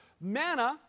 Manna